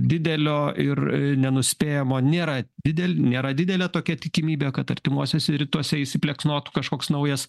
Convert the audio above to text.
didelio ir nenuspėjamo nėra didel nėra didelė tokia tikimybė kad artimuosiuose rytuose įsiplieksnotų kažkoks naujas